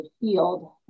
field